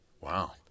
Wow